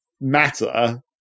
matter